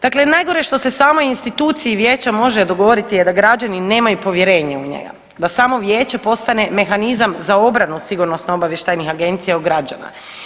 Dakle, najgore što se samoj instituciji vijeća može dogoditi je da građani nemaju povjerenja u njega, da samo vijeće postane mehanizam za obranu sigurnosno obavještajnih agencija od građana.